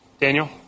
Daniel